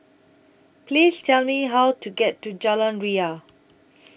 Please Tell Me How to get to Jalan Ria